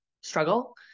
struggle